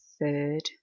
third